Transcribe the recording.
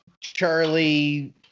Charlie